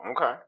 okay